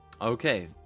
Okay